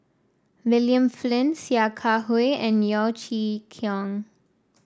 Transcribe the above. William Flint Sia Kah Hui and Yeo Chee Kiong